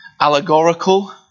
Allegorical